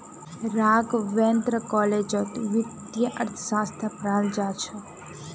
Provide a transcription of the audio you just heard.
राघवेंद्र कॉलेजत वित्तीय अर्थशास्त्र पढ़ाल जा छ